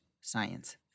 science